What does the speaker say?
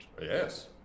Yes